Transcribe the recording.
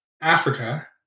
Africa